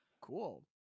cool